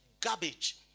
garbage